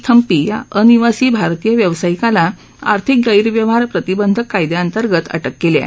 थम्पी या अनिवासी भारतीय व्यावसायिकाला आर्थिक गैरव्यवहार प्रतिबंधक कायद्याअंतर्गत अटक केली आहे